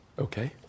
Okay